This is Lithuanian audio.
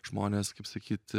žmonės kaip sakyt